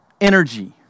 energy